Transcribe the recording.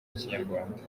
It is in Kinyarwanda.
kinyarwanda